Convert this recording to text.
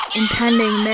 impending